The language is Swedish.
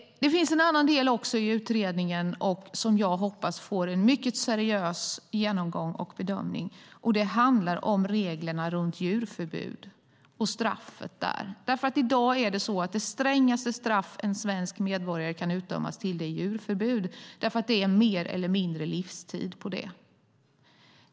Det finns en annan del i utredningen som jag hoppas får en mycket seriös genomgång och bedömning, och det handlar om reglerna runt djurförbud och straffet där. I dag är det strängaste straff en svensk medborgare kan dömas till djurförbud, för det är mer eller mindre livstid på det.